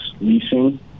leasing